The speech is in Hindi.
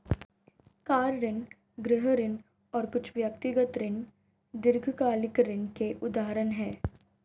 कार ऋण, गृह ऋण और कुछ व्यक्तिगत ऋण दीर्घकालिक ऋण के उदाहरण हैं